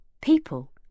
People